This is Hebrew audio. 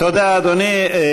תודה, אדוני.